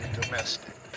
domestic